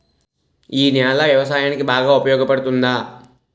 ఈ నేల వ్యవసాయానికి బాగా ఉపయోగపడుతుందా?